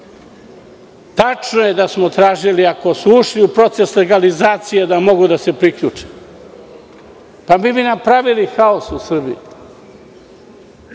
Tačno je da smo tražili, ako su ušli u proces legalizacije, da mogu da se priključe. Mi bi napravili haos u Srbiji.